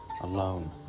alone